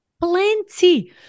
plenty